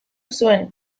zuen